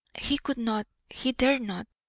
he could not, he dared not,